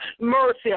Mercy